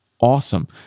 awesome